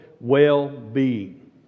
well-being